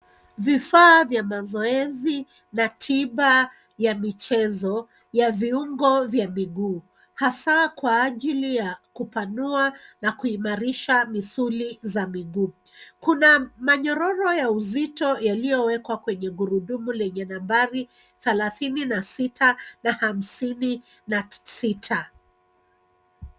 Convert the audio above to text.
Vifaa vya mazoezi na tiba ya michezo ya viungo vya miguu hasa kwa ajili ya kupanua na kuimarisha misuli za miguu. Kuna manyororo ya uzito yaliyowekwa kwenye gurudumu lenye nambari thelathini na sita na hamsini na sita.